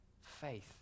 faith